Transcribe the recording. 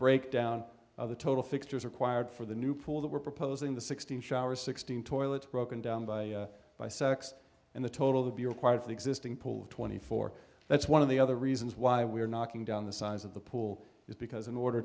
breakdown of the total fixtures required for the new pool that we're proposing the sixteen showers sixteen toilets broken down by by sex and the total would be required for the existing pool of twenty four that's one of the other reasons why we are knocking down the size of the pool is because in order